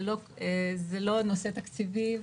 זה לא נושא תקציבי.